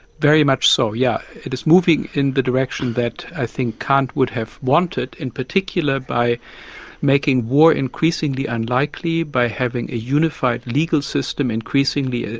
very much so, yes. yeah it is moving in the direction that i think kant would have wanted, in particular by making war increasingly unlikely, by having a unified legal system increasingly, ah